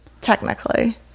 technically